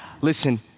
Listen